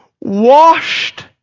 Washed